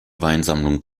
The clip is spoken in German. weinsammlung